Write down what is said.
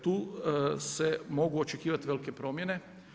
Tu se mogu očekivati velike promjene.